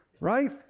right